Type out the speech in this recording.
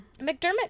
McDermott